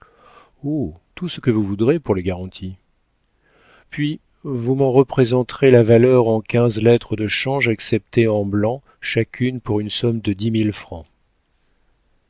tout ce que vous voudrez pour les garanties puis vous m'en représenterez la valeur en quinze lettres de change acceptées en blanc chacune pour une somme de dix mille francs